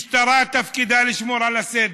משטרה, תפקידה לשמור על הסדר,